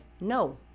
no